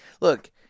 look